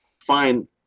fine